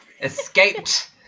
Escaped